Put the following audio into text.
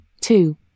Two